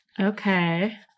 okay